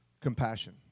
compassion